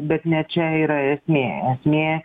bet ne čia yra esmė esmė